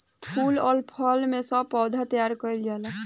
फूल आ फल सब के पौधा तैयार कइल जाला